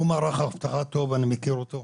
הוא מערך אבטחה טוב ואני מכיר אותו,